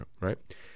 right